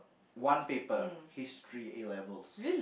one paper history A levels